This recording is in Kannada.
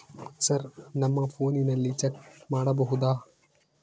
ಸರ್ ನಮ್ಮ ಫೋನಿನಲ್ಲಿ ಚೆಕ್ ಮಾಡಬಹುದಾ?